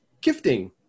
gifting